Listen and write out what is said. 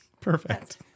Perfect